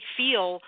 feel